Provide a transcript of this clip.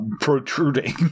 protruding